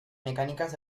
mecánicas